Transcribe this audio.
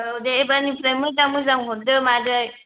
औ दे एबारनिफ्राय मोजां मोजां हरदो मादै